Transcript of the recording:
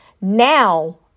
Now